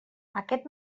aquest